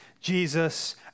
Jesus